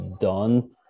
done